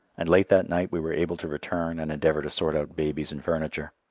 and late that night we were able to return and endeavour to sort out babies and furniture.